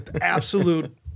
absolute